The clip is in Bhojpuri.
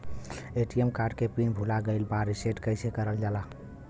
ए.टी.एम कार्ड के पिन भूला गइल बा रीसेट कईसे करल जाला?